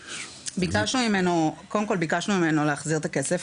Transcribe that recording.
ביקשנו ממנו להחזיר את הכסף.